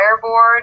fireboard